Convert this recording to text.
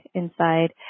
inside